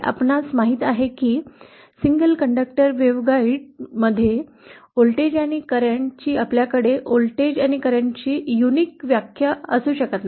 आपणास माहित आहे की सिंगल कंडक्टर वेव्हगॉइडमध्ये व्होल्टेज आणि करंटची आपल्याकडे व्होल्टेज आणि करंटची अद्वितीय व्याख्या असू शकत नाही